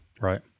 Right